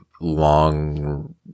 long